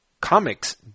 comics